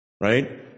Right